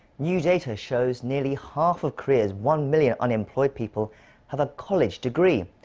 new data shows nearly half of korea's one million unemployed people have a college degree.